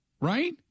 Right